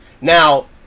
now